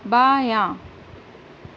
بایاں